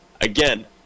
again